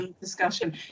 discussion